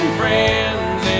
friends